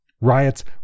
Riots